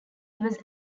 was